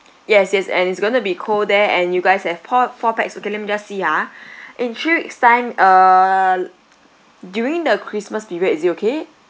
yes yes and it's going to be cold there and you guys have po~ four pax okay let me just see ah in three weeks' time uh l~ during the christmas period is it okay